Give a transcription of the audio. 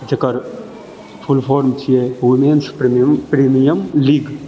जकर full form छियै women's premium premium league